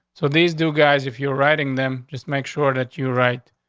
so these do, guys, if you're writing them, just make sure that you right,